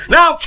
Now